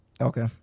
Okay